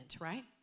right